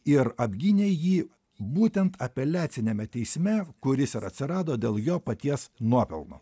ir apgynė jį būtent apeliaciniame teisme kuris ir atsirado dėl jo paties nuopelno